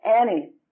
Annie